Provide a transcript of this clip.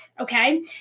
okay